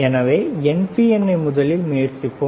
எனவே NPNஐ முதலில் முயற்சிப்போம்